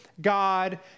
God